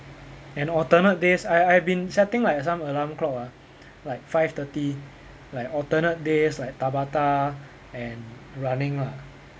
and alternate days I I've been setting like some alarm clock ah like five thirty like alternate days like tabata and running lah